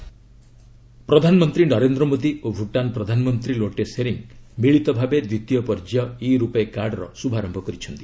Indo Bhutan ପ୍ରଧାନମନ୍ତ୍ରୀ ନରେନ୍ଦ୍ର ମୋଦି ଓ ଭୁଟାନ ପ୍ରଧାନମନ୍ତ୍ରୀ ଲୋଟେ ଶେରିଙ୍ଗ୍ ମିଳିତ ଭାବେ ଦ୍ୱିତୀୟ ପର୍ଯ୍ୟାୟ ଇ ରୂପୟେ କାର୍ଡ଼ର ଶୁଭାରମ୍ଭ କରିଛନ୍ତି